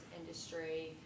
industry